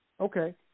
Okay